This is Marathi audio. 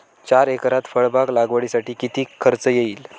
चार एकरात फळबाग लागवडीसाठी किती खर्च येईल?